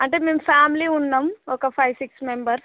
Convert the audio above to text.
అంటే మేము ఫ్యామిలీ ఉన్నాము ఒక ఫైవ్ సిక్స్ మెంబర్స్